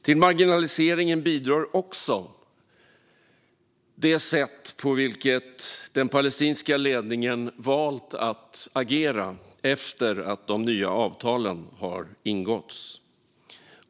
Till marginaliseringen bidrar också det sätt på vilket den palestinska ledningen valt att agera efter att de nya avtalen ingåtts.